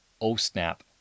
oh-snap